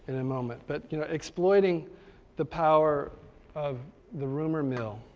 and a moment, but you know exploiting the power of the rumor mill,